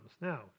Now